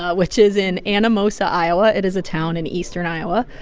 ah which is in anamosa, iowa. it is a town in eastern iowa.